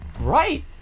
right